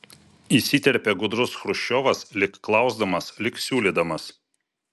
įsiterpė gudrus chruščiovas lyg klausdamas lyg siūlydamas